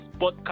podcast